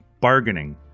bargaining